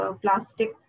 plastic